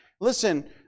listen